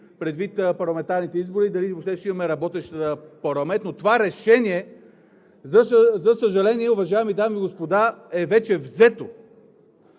предвид парламентарните избори, дали въобще ще имаме работещ парламент, но това решение, за съжаление, уважаеми дами и господа, е вече взето.